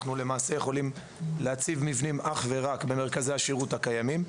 ואנחנו למעשה יכולים להציב מבנים אך ורק במרכזי השירות הקיימים.